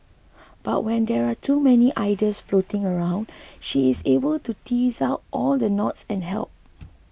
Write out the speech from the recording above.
but when there are too many ideas floating around she is able to tease out all the knots and help